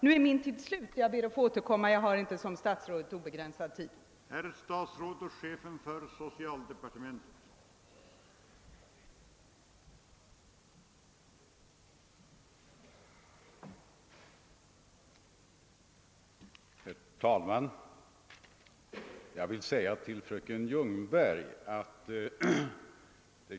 Nu är min repliktid slut; jag ber att få återkomma — jag har inte som statsrådet obegränsad tid till mitt förfogande.